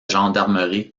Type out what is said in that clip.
gendarmerie